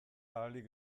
ahalik